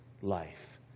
life